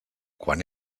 quan